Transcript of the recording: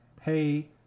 Hey